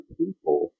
people